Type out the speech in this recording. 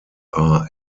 are